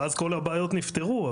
ואז כל הבעיות נפתרו.